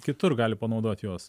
kitur gali panaudot juos